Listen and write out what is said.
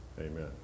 Amen